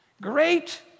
great